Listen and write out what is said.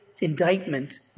indictment